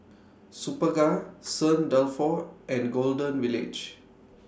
Superga Saint Dalfour and Golden Village